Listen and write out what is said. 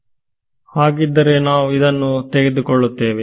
ವಿದ್ಯಾರ್ಥಿ ಹಾಗಿದ್ದರೆ ನಾವು ಇದನ್ನು ತೆಗೆದುಕೊಳ್ಳುತ್ತೇವೆ